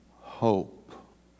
hope